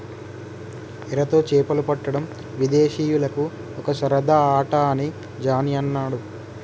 ఎరతో చేపలు పట్టడం విదేశీయులకు ఒక సరదా ఆట అని జానీ అన్నాడు